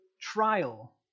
trial